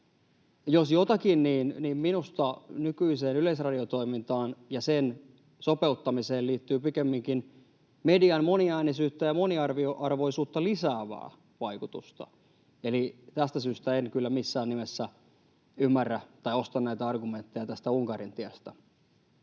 Jos jotakin, niin minusta nykyiseen yleisradiotoimintaan ja sen sopeuttamiseen liittyy pikemminkin median moniäänisyyttä ja moniarvoisuutta lisäävää vaikutusta. Eli tästä syystä en kyllä missään nimessä ymmärrä tai osta näitä argumentteja tästä Unkarin tiestä.